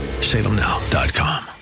Salemnow.com